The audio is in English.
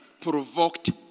provoked